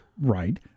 Right